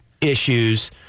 issues